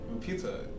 Pizza